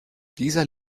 dieser